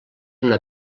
una